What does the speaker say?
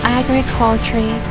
agriculture